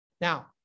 Now